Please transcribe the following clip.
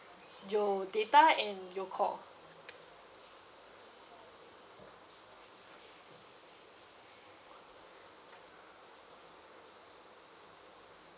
your data and your call